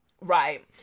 right